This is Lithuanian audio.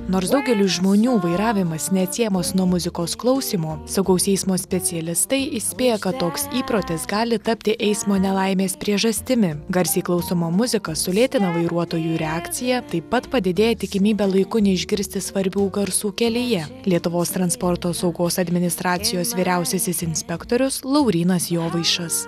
nors daugeliui žmonių vairavimas neatsiejamas nuo muzikos klausymo saugaus eismo specialistai įspėja kad toks įprotis gali tapti eismo nelaimės priežastimi garsiai klausoma muzika sulėtina vairuotojų reakciją taip pat padidėja tikimybė laiku neišgirsti svarbių garsų kelyje lietuvos transporto saugos administracijos vyriausiasis inspektorius laurynas jovaišas